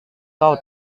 kau